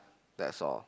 that's all